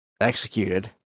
executed